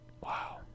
Wow